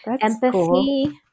empathy